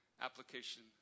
application